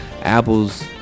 Apples